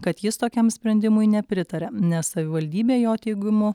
kad jis tokiam sprendimui nepritaria nes savivaldybė jo teigimu